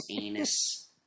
anus